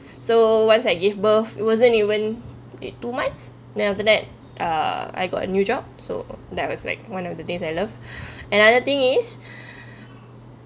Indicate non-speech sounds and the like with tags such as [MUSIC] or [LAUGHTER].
[BREATH] so once I give birth it wasn't even in two months then after that err I got a new job so that was like one of the things I love [BREATH] another thing is [BREATH]